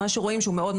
מה שרואים שהוא מאוד,